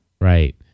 Right